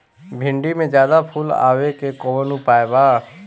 भिन्डी में ज्यादा फुल आवे के कौन उपाय बा?